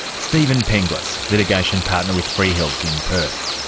steven penglis, litigation partner with freehills in perth.